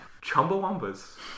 Chumbawamba's